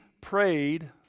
prayed